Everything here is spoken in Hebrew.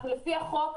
לפי התוכנית,